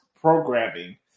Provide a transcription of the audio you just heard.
programming